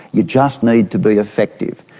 you just need to be effective.